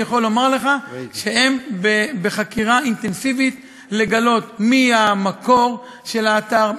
אני יכול לומר לך שהם בחקירה אינטנסיבית לגלות מי המקור של האתר,